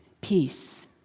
peace